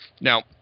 Now